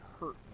hurt